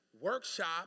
workshop